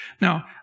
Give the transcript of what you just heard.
Now